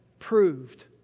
proved